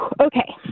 Okay